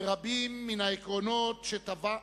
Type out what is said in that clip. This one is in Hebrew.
ורבים מן העקרונות שטבע,